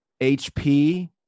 HP